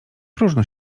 próżno